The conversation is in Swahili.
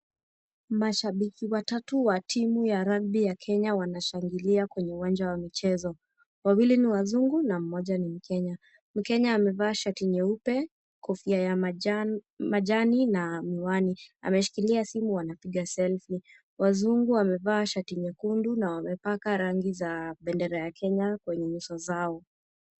Mashabiki watatu wa timu ya rugby ya Kenya wanashangilia kwenye uwanja wa michezo. Wawili ni wazungu na mmoja ni mkenya. Mkenya amevaa shati nyeupe, kofia ya majani na miwani. Ameshikilia simu wanapika Selfie . Wazungu wamevaa shati nyekundu na wamepaka rangi za bendera ya Kenya kwenye nyuso zao.